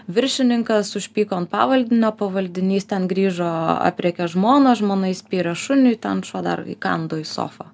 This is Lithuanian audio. viršininkas užpyko ant pavaldinio pavaldinys ten grįžo aprėkė žmoną žmona įspyrė šuniui ten šuo dar įkando į sofą